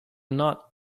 not